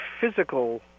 physical